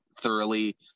thoroughly